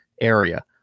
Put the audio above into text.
area